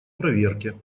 проверке